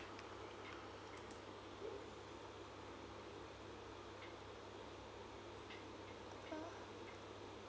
uh